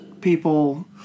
people